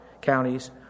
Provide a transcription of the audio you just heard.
counties